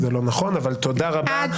זה לא נכון, אבל תודה רבה.